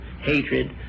hatred